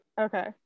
Okay